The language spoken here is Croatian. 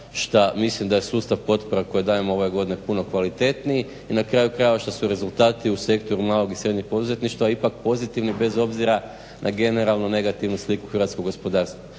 što mislim da je sustav potpora koje dajemo ove godine puno kvalitetniji i na kraju krajeva što su rezultati u sektoru malog i srednjeg poduzetništva ipak pozitivni bez obzira na generalno negativnu sliku hrvatskog gospodarstva.